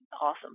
awesome